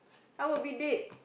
I would be dead